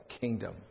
kingdom